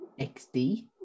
XD